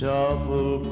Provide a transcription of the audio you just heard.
awful